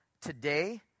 Today